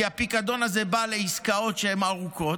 כי הפיקדון הזה בא לעסקאות שהן ארוכות,